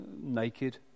naked